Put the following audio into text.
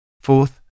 Fourth